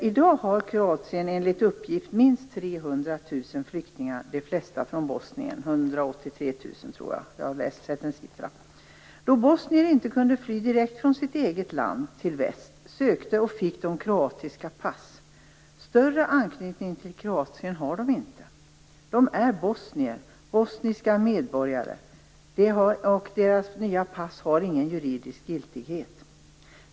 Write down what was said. I dag har Kroatien enligt uppgift minst 300 000 flyktingar, de flesta från Bosnien - jag tror att jag har sett siffran 183 000. Då bosnier inte kunde fly direkt från sitt eget land till väst sökte och fick de kroatiska pass. Större anknytning till Kroatien har de inte. De är bosnier, bosniska medborgare, och deras nya pass har ingen juridisk giltighet.